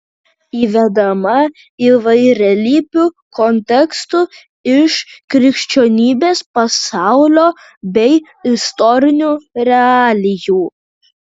įvedama įvairialypių kontekstų iš krikščionybės pasaulio bei istorinių realijų